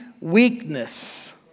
weakness